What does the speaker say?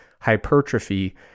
hypertrophy